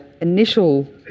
initial